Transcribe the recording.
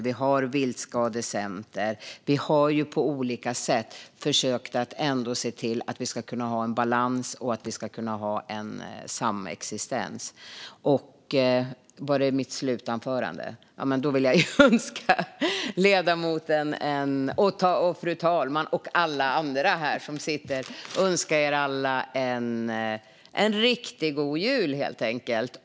Vi har viltskadecenter. Vi har på olika sätt försökt se till att vi ska kunna ha en balans och en samexistens. Eftersom detta är mitt slutanförande vill jag önska ledamoten, fru talmannen och alla andra som sitter här en riktigt god jul.